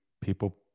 People